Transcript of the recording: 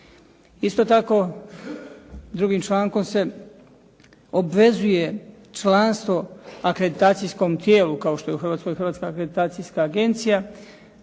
Isto tako drugim člankom se obvezuje članstvo akreditacijskom tijelu kao što je u Hrvatskoj Hrvatska akreditacijska agencija,